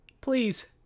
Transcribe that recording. Please